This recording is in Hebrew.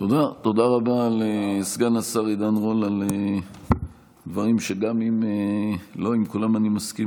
תודה רבה לסגן השר עידן רול על דברים שגם אם לא עם כולם אני מסכים,